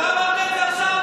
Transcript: אתה אמרת את זה עכשיו?